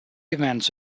events